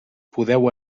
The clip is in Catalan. podeu